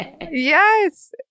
Yes